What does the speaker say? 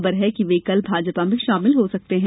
खबर है कि वे कल भाजपा में शामिल हो सकते हैं